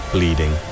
Bleeding